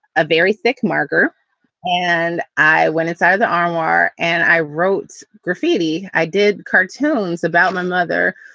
a very thick marker and i went inside of the armoire and i wrote graffiti. i did cartoons about my mother.